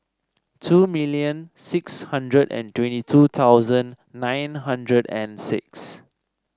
two million six hundred and twenty two thousand nine hundred and six